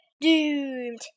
Doomed